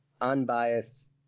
unbiased